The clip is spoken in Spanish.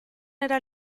era